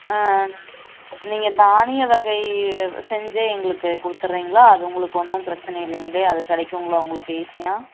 நாங்கள் நீங்கள் தானிய வகை செஞ்சே எங்களுக்கு கொடுத்துட்றீங்களா அது உங்களுக்கு ஒன்றும் பிரச்சினை இல்லைங்களே அது கிடைக்குங்களா உங்களுக்கு ஈஸியாக